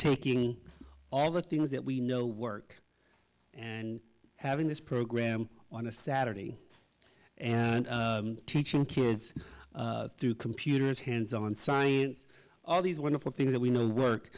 taking all the things that we know work and having this program on a saturday and teaching kids through computers hands on science all these wonderful things that we know work